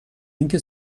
اینکه